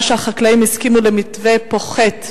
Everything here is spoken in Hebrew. שהחקלאים הסכימו למתווה פוחת מ-2009?